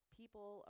people